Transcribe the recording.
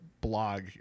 blog